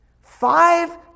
Five